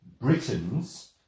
Britons